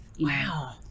Wow